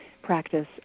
practice